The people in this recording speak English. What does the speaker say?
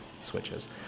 switches